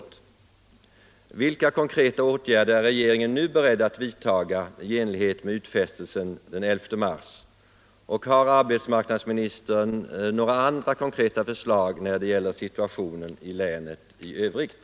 Om åtgärder för att Vilka konkreta åtgärder är regeringen nu beredd att vidtaga i enlighet = förbättra syvsselsättmed utfästelsen den 11 mars? Har arbetsmarknadsministern några andra — ningen i Malmöhus konkreta förslag när det gäller situationen i länet i övrigt?